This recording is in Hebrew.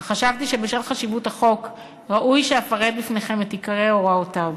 אך חשבתי שבשל חשיבות החוק ראוי שאפרט בפניכם את עיקרי הוראותיו.